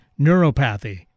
neuropathy